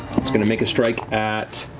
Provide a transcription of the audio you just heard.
it's going to make a strike at